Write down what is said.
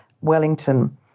Wellington